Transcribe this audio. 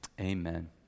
Amen